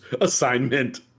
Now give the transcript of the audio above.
assignment